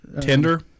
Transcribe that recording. Tinder